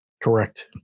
correct